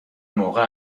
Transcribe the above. موقع